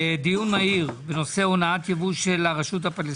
הצעה לדיון מהיר בנושא: "הונאות יבוא של הרש"פ,